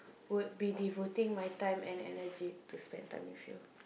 would be devoting my time and energy to spend time with you